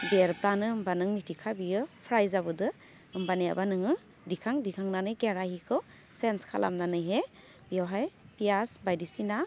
बेरबानो होमबा नों मिथिखा बियो फ्राय जाबोदो होमबानियाबा नोङो दिखां दिखांनानै खेराहिखौ चेन्ज खालामनानैहे बेवहाय पियास बायदिसिना